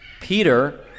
Peter